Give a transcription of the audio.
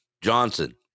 Johnson